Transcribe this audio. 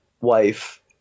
wife